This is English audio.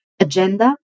agenda